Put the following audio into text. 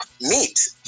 meat